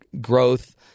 growth